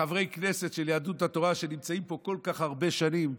לחברי כנסת של יהדות התורה שנמצאים פה כל כך הרבה שנים,